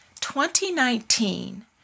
2019